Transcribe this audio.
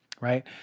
right